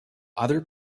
other